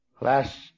Last